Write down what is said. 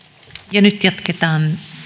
nyt jatketaan